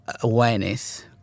awareness